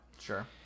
sure